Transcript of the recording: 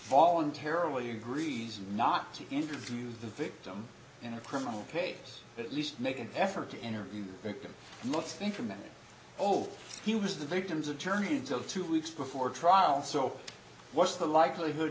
voluntarily agrees not to interview the victim in a criminal case at least make an effort to interview the victim and let's think a minute oh he was the victim's attorney until two weeks before trial so what's the likelihood